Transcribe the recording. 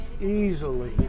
easily